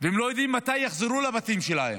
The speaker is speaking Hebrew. ולא יודעים מתי הם יחזרו לבתים שלהם.